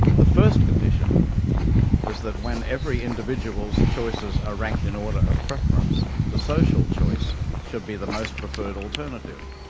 the first condition is that when every individual's choices are ranked in order of preference, the social choice should be the most preferred alternative.